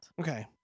Okay